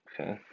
Okay